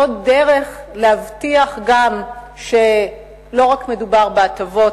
זו דרך להבטיח גם שלא רק מדובר בהטבות,